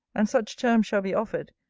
and such terms shall be offered,